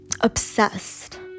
obsessed